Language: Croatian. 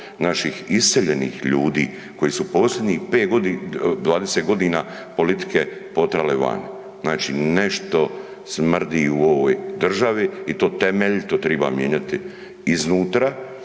naših iseljenih ljudi koji su posljednjih 5.g., 20.g. politike potrale van, znači nešto smrdi u ovoj državi i to temeljito triba mijenjati iznutra,